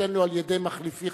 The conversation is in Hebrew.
שתינתן לו על-ידי מחליפי,